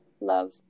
love